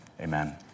amen